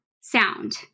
sound